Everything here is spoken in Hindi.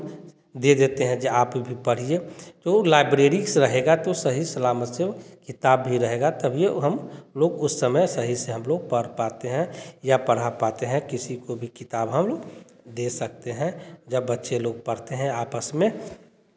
दे देते हैं जे आप भी पढ़िये की ओ लाइब्रेरीक्स रहेगा तो सही सलामत से वह किताब भी रहेगा तभीए हम लोग उस समय सही से हम लोग पढ़ पाते हैं या पढ़ा पाते हैं किसी को भी किताब हम लोग दे सकते हैं जब बच्चे लोग पढ़ते हैं आपस में